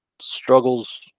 struggles